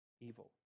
evil